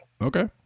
Okay